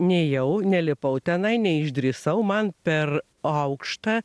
nejau nelipau tenai neišdrįsau man per aukšta